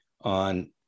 on